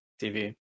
TV